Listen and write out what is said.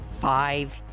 five